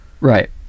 Right